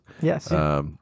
Yes